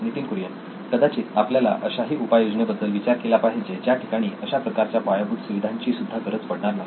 नितीन कुरियन कदाचित आपल्याला अशाही उपाय योजनेबद्दल विचार केला पाहिजे ज्या ठिकाणी अशा प्रकारच्या पायाभूत सुविधांची सुद्धा गरज पडणार नाही